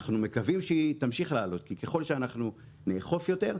אנחנו מקווים שהיא תמשיך לעלות כי ככל שאנחנו נאכוף יותר,